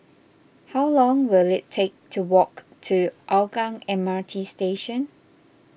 how long will it take to walk to Hougang M R T Station